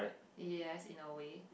yes in a way